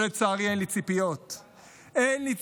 אבל לצערי, אין לי ציפיות,